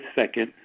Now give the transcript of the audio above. second